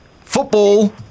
football